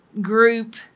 group